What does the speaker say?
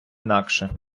інакше